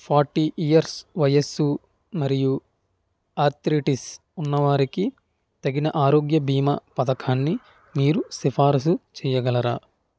forty years వయస్సు మరియు arthritis ఉన్నవారికి తగిన ఆరోగ్య బీమా పథకాన్ని మీరు సిఫారసు చెయ్యగలరా